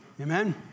Amen